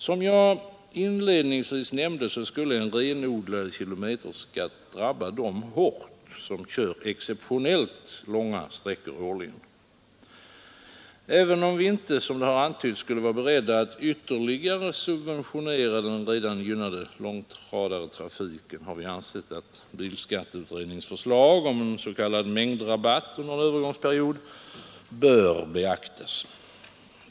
Som jag inledningsvis nämnde skulle en renodlad kilometerskatt hårt drabba dem som kör exceptionellt långa sträckor årligen. Även om vi inte, som det har antytts, skulle vara beredda att ytterligare subventionera den redan ganska gynnade långtradartrafiken, har vi ansett att bilskatteutredningens förslag om en s.k. mängdrabatt under en övergångsperiod bör beaktas.